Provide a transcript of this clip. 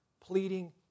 pleading